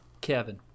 Kevin